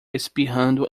espirrando